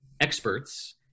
experts